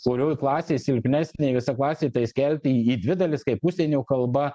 kurioj klasėj silpnesnė visa klasė tai skelti į dvi dalis kaip užsienio kalba